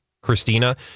Christina